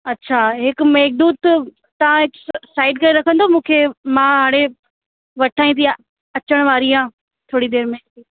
अच्छा हिक मेघदूत तव्हां स साइड करे रखंदव मूंखे मां हाणे वठई थी अचनि वारी आहे थोरी देरि में